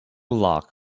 lock